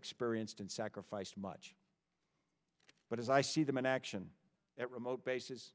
experienced and sacrificed much but as i see them in action at remote bases